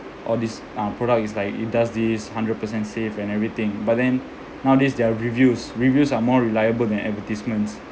all these uh product it's like it does this hundred percent safe and everything but then nowadays there are reviews reviews are more reliable than advertisements